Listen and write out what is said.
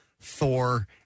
Thor